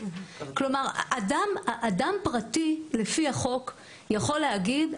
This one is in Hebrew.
כלומר אדם פרטי לפי החוק יכול להגיד,